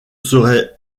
serait